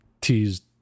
teased